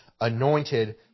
anointed